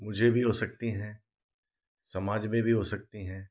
मुझे भी हो सकती हैं समाज को भी हो सकती हैं